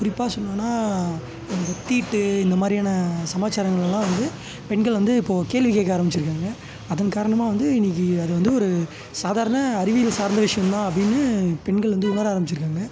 குறிப்பாக சொல்லணுன்னால் அந்த தீட்டு இந்த மாதிரியான சமாச்சாரங்கள் எல்லாம் வந்து பெண்கள் வந்து இப்போது கேள்வி கேட்க ஆரம்பிச்சுருக்காங்க அதன் காரணமாக வந்து இன்றைக்கி அது வந்து ஒரு சாதாரண அறிவியல் சார்ந்த விஷயம் தான் அப்படின்னு பெண்கள் வந்து உணர ஆரம்பிச்சுருக்காங்க